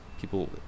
people